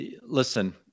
Listen